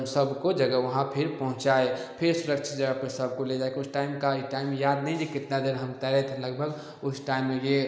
हम सबको जगा वहाँ फिर पहुँचाए फिर सुरक्षित जगह पर सबको ले जा कर उस टाइम का ये टाइम याद नहीं कि कितना देर हम तैरे थे लगभग उस टाइम में ये